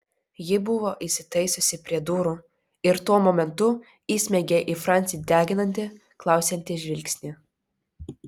ji buvo įsitaisiusi prie durų ir tuo momentu įsmeigė į francį deginantį klausiantį žvilgsnį